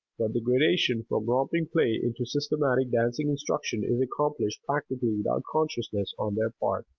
but the gradation from romping play into systematic dancing instruction is accomplished practically without consciousness on their part,